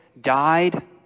died